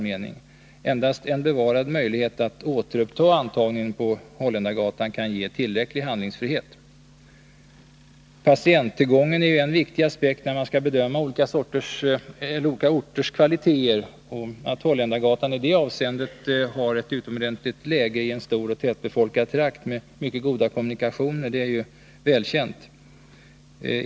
Endast en bevarad möjlighet att återuppta antagningen vid Holländargatan kan ge tillräcklig handlingsfrihet. Patienttillgången är en viktig aspekt, när man skall bedöma olika orters kvaliteter. Att Holländargatan i det avseendet har ett utomordentligt läge i en stor och tätbefolkad trakt med mycket goda kommunikationer är välkänt.